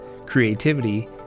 creativity